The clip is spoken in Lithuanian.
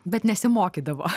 bet nesimokydavo